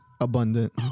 abundant